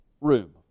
room